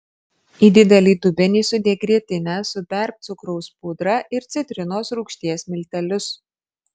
į didelį dubenį sudėk grietinę suberk cukraus pudrą ir citrinos rūgšties miltelius